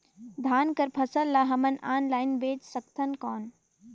धान कर फसल ल हमन ऑनलाइन बेच सकथन कौन?